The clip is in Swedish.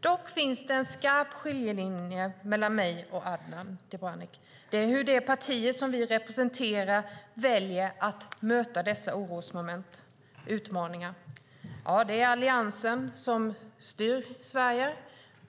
Dock finns det en skarp skiljelinje mellan mig och Adnan Dibrani. Det handlar om hur de partier som vi representerar väljer att möta dessa orosmoment och utmaningar. Ja, det är Alliansen som styr Sverige.